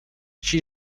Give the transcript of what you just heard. she